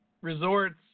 Resorts